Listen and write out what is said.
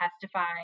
testify